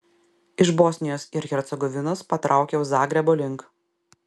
iš bosnijos ir hercegovinos patraukiau zagrebo link